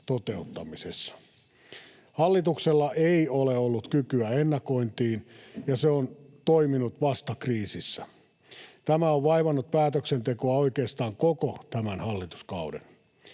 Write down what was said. toteuttamisessa. Hallituksella ei ole ollut kykyä ennakointiin, ja se on toiminut vasta kriisissä. Tämä on vaivannut päätöksentekoa oikeastaan koko tämän hallituskauden.